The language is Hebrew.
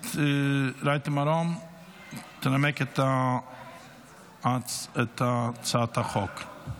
הכנסת רייטן מרום תנמק את הצעת החוק.